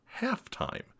halftime